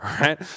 right